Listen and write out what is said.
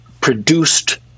produced